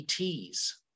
ETs